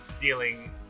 dealing